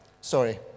sorry